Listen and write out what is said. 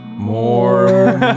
More